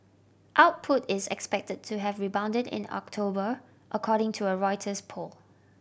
output is expected to have rebounded in October according to a Reuters poll